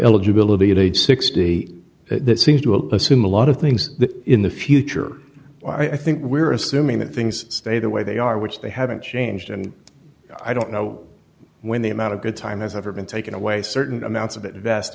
eligibility at age sixty it seems to assume a lot of things in the future i think we're assuming that things stay the way they are which they haven't changed and i don't know when the amount of good time has ever been taken away certain amounts of